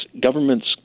governments